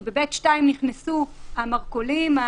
כי ב-ב2 נכנסו המרכולים,